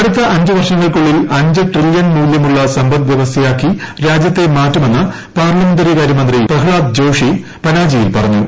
അടുത്ത അഞ്ച് വർഷങ്ങൾക്കുള്ളിൽ അഞ്ച് ട്രിലുൺ മൂല്യമുള്ള സമ്പദ് വ്യവസ്ഥയാക്കി രാജ്യത്തെ മാറ്റുമെന്ന് പാര്ല്ക്മന്റ്റികാര്യമന്ത്രി പ്രഹ്താദ് ജോഷി പനാജിയിൽ പറഞ്ഞു